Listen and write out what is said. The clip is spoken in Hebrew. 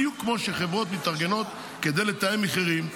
בדיוק כמו שחברות מתארגנות כדי לתאם מחירים,